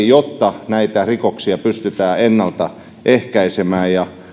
jotta näitä rikoksia pystytään ennalta ehkäisemään ja